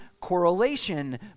correlation